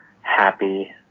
Happy